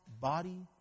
body